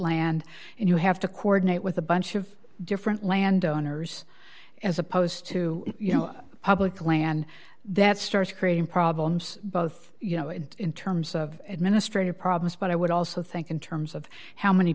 land and you have to coordinate with a bunch of different landowners as opposed to you know public land that starts creating problems both you know it in terms of administrative problems but i would also think in terms of how many